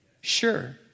Sure